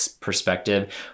perspective